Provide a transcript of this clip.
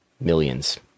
millions